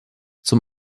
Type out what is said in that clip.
zum